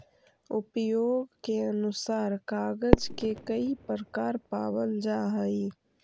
उपयोग के अनुसार कागज के कई प्रकार पावल जा हई